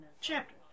chapter